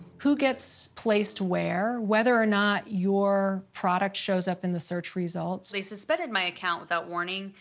who gets placed where, whether or not your product shows up in the search results. they suspended my account without warning.